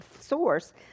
source